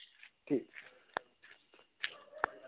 ठीक